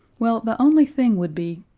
well, the only thing would be.